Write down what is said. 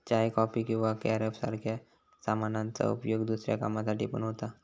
चाय, coffee किंवा carob सारख्या सामानांचा उपयोग दुसऱ्या कामांसाठी पण होता